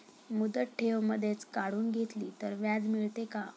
मुदत ठेव मधेच काढून घेतली तर व्याज मिळते का?